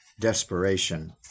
desperation